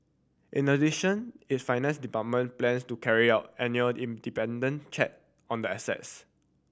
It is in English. in addition its finance department plans to carry out annual independent check on the assets